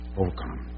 overcome